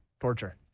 Torture